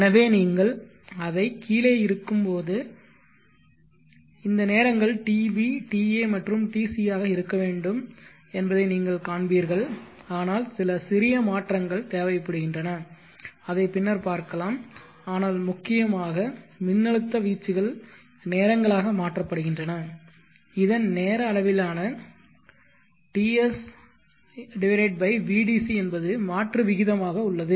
எனவே நீங்கள் அதைக் கீழே இருக்கும் போது இந்த நேரங்கள் tb ta மற்றும் tc ஆக இருக்க வேண்டும் என்பதை நீங்கள் காண்பீர்கள் ஆனால் சில சிறிய மாற்றங்கள் தேவைப்படுகின்றன அதை பின்னர் பார்க்கலாம் ஆனால் முக்கியமாக மின்னழுத்த வீச்சுகள் நேரங்களாக மாற்றப்படுகின்றன இதன் நேர அளவிலான TS vdc என்பது மாற்று விகிதமாக உள்ளது